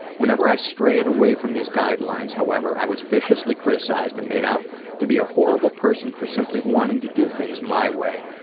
whenever i strayed away from these guidelines however, i was viciously criticized and made out to be a horrible person for simply wanting to do things my way,